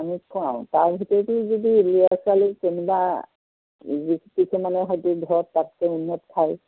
আমি খোৱাওঁ তাৰ ভিতৰতো যদি ল'ৰা ছোৱালী কোনোবা কিছুমানে হয়তো ঘৰত তাতকৈ উন্নত খায়